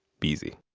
be easy.